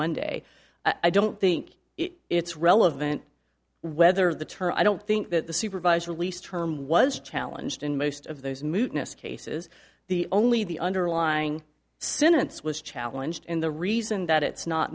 monday i don't think it's relevant whether the term i don't think that the supervised release term was challenged in most of those moodiness cases the only the underlying sentence was challenged and the reason that it's not